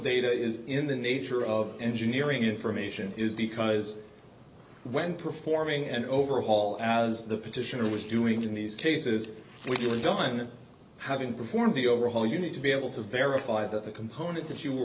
data is in the nature of engineering information is because when performing and overhaul as the petitioner was doing in these cases when you are done having performed the overhaul you need to be able to verify that the component that you were